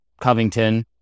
Covington